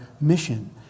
mission